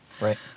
Right